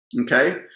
okay